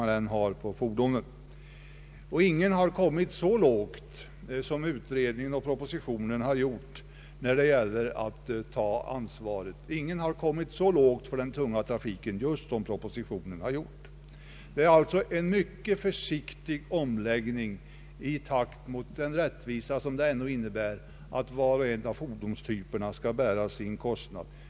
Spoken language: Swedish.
Ingen har heller kommit så långt som utredningen och propositionen gjort när det gäller kostnadsansvaret för vägarna. Det gäller här en mycket försiktig omläggning i riktning mot den rättvisa som innebär att varje fordonstyp skall bära sin kostnad.